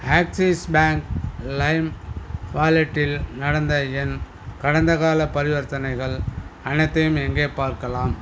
axis bank lime வாலெட்டில் நடந்த என் கடந்தகாலப் பரிவர்த்தனைகள் அனைத்தையும் எங்கே பார்க்கலாம்